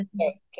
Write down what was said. Okay